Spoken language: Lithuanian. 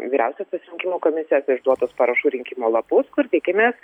vyriausiosios rinkimų komisijos išduotus parašų rinkimo lapus kur tikimės